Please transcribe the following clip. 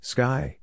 Sky